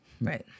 Right